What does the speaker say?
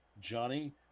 Johnny